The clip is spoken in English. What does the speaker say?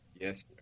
Yes